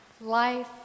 Life